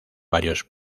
varios